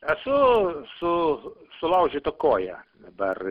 esu su sulaužyta koja dabar